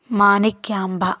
Manikyamba